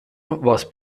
was